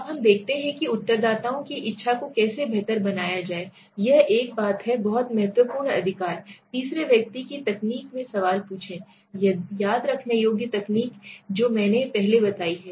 अब हम देखते हैं कि उत्तरदाताओं की इच्छा को कैसे बेहतर बनाया जाए यह एक बात है बहुत महत्वपूर्ण अधिकार तीसरे व्यक्ति की तकनीक में सवाल पूछें याद रखने योग्य तकनीकें जो मैंने पहले बताई हैं